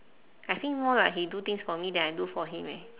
I think more like he do things for me then I do for him eh